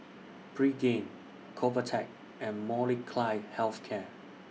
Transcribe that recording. Pregain Convatec and Molnylcke Health Care